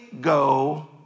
go